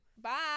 Bye